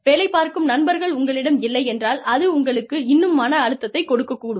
வேலை பார்க்கும் நண்பர்கள் உங்களிடம் இல்லையென்றால் அது உங்களுக்கு இன்னும் மன அழுத்தத்தைக் கொடுக்கக்கூடும்